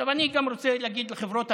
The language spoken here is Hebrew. אני גם רוצה להגיד לחברות התעופה: